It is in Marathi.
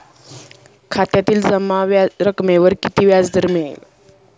खात्यातील जमा रकमेवर किती व्याजदर मिळेल?